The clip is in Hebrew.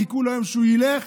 שהם חיכו ליום שהוא ילך